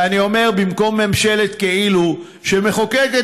ואני אומר: במקום ממשלת כאילו שמחוקקת